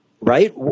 right